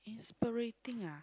inspiriting ah